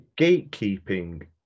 gatekeeping